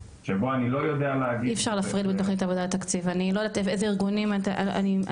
שבו אני לא יודע להגיד --- אי אפשר להפריד בין תוכנית העבודה לתקציב.